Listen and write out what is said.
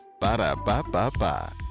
Ba-da-ba-ba-ba